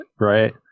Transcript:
right